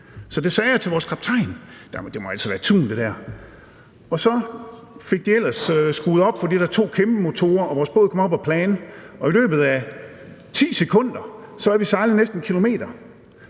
Så det sagde jeg til vores kaptajn: Det der må altså være tun. Og så fik han ellers skruet op for de der to kæmpe motorer, og vores båd kom op at plane, og i løbet af 10 sekunder havde vi sejlet næsten 1 km,